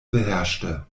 beherrschte